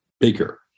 bigger